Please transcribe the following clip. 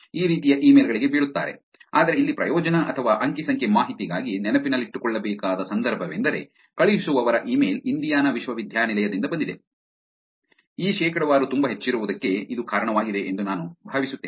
ಈ ರೀತಿಯ ಇಮೇಲ್ ಗಳಿಗೆ ಬೀಳುತ್ತಾರೆ ಆದರೆ ಇಲ್ಲಿ ಪ್ರಯೋಜನ ಅಥವಾ ಅಂಕಿ ಸಂಖ್ಯೆ ಮಾಹಿತಿಗಾಗಿ ನೆನಪಿನಲ್ಲಿಟ್ಟುಕೊಳ್ಳಬೇಕಾದ ಸಂದರ್ಭವೆಂದರೆ ಕಳುಹಿಸುವವರ ಇಮೇಲ್ ಇಂಡಿಯಾನಾ ವಿಶ್ವವಿದ್ಯಾನಿಲಯದಿಂದ ಬಂದಿದೆ ಈ ಶೇಕಡಾವಾರು ತುಂಬಾ ಹೆಚ್ಚಿರುವುದಕ್ಕೆ ಇದು ಕಾರಣವಾಗಿದೆ ಎಂದು ನಾನು ಭಾವಿಸುತ್ತೇನೆ